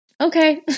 Okay